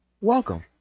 Welcome